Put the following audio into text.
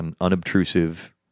unobtrusive